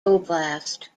oblast